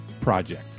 project